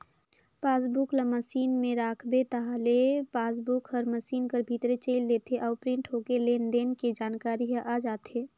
passbook ल machine में राखबे ताहले पासबुक हर मसीन कर भीतरे चइल देथे अउ प्रिंट होके लेन देन के जानकारी ह आ जाथे